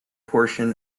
portion